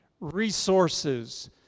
resources